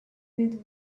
with